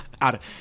out